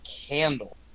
candle